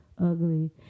ugly